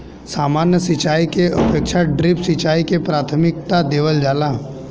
सामान्य सिंचाई के अपेक्षा ड्रिप सिंचाई के प्राथमिकता देवल जाला